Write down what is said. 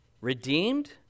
redeemed